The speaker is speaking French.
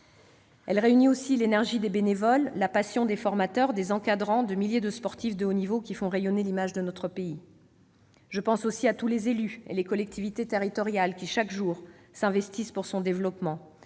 Elle réunit aussi l'énergie des bénévoles, la passion des formateurs, des encadrants, de milliers de sportifs de haut niveau qui font rayonner l'image de notre pays. Je pense aussi à tous les élus et à toutes les collectivités territoriales, qui, chaque jour, s'investissent pour son développement.